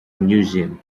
museum